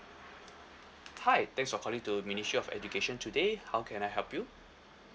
hi thanks for calling to ministry of education today how can I help you